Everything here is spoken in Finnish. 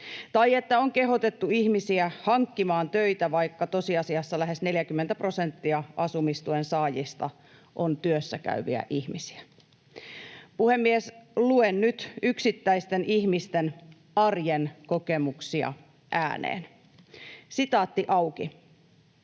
tai on kehotettu ihmisiä hankkimaan töitä, vaikka tosiasiassa lähes 40 prosenttia asumistuen saajista on työssäkäyviä ihmisiä. Puhemies! Luen nyt yksittäisten ihmisten arjen kokemuksia ääneen: ”Itse saan